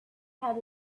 had